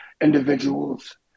individuals